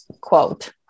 quote